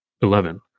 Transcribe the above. Eleven